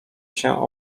się